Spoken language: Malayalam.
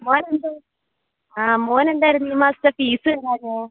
മോൻ എന്താണ് ആ മോൻ എന്തായിരുന്നു ഈ മാസത്തെ ഫീസ് തരാഞ്ഞത്